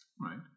Right